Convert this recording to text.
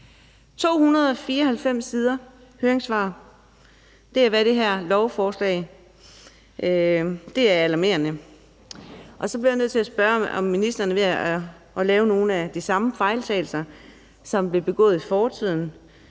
294 siders høringssvar er der til det her lovforslag – det er alarmerende. Så bliver jeg nødt til at spørge, om ministeren er ved at lave nogle af de samme fejltagelser, som blev begået i fortiden.